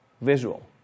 visual